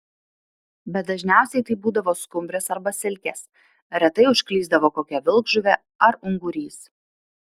bet dažniausiai tai būdavo skumbrės arba silkės retai užklysdavo kokia vilkžuvė ar ungurys